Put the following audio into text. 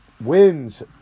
wins